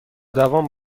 دوام